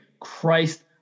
Christ